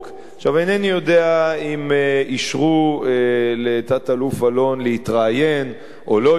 אינני יודע אם אישרו לתת-אלוף אלון להתראיין או לא אישרו.